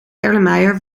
erlenmeyer